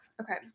Okay